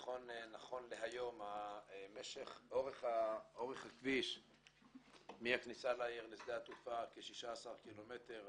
נכון להיום אורך הכביש מהכניסה לעיר ועד לשדה התעופה הוא כ-16 קילומטר.